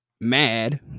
mad